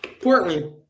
Portland